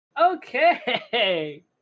Okay